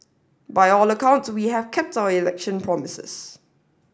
by all accounts we have kept our election promises